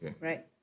right